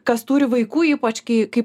kas turi vaikų ypač kai kai